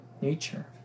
nature